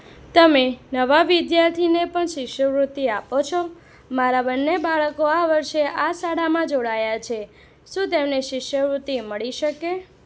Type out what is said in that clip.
તમે નવા વિદ્યાર્થીને પણ શિષ્યવૃત્તિ આપો છો મારાં બંને બાળકો આ વર્ષે આ શાળામાં જોડાયાં છે શું તેમને શિષ્યવૃત્તિ મળી શકે